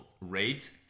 rate